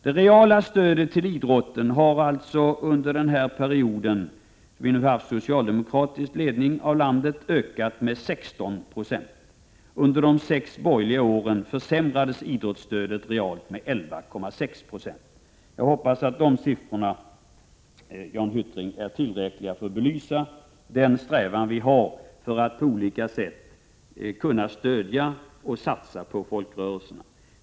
Det reala stödet till idrotten har alltså under denna period med socialdemokratisk ledning av landet ökat med 16 96. Under de sex borgerliga åren försämrades idrottsstödet realt med 11,6 90. Jag hoppas att de siffrorna, Jan Hyttring, är tillräckliga för att belysa vår strävan att på olika sätt stödja och satsa på folkrörelserna.